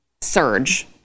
surge